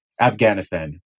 Afghanistan